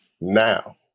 now